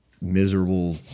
miserable